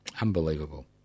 Unbelievable